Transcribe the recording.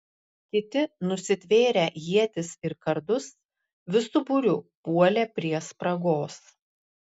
kiti nusitvėrę ietis ir kardus visu būriu puolė prie spragos